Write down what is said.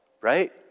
right